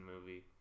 movie